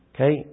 Okay